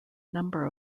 number